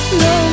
no